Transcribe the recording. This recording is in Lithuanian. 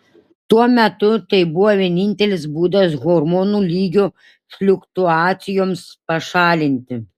tuo metu tai buvo vienintelis būdas hormonų lygio fliuktuacijoms pašalinti